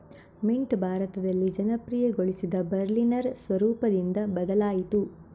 mint ಭಾರತದಲ್ಲಿ ಜನಪ್ರಿಯಗೊಳಿಸಿದ Berliner ಸ್ವರೂಪದಿಂದ ಬದಲಾಯಿತು